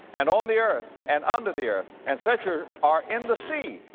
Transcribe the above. and on the earth, and under the earth, and such are, are in the sea,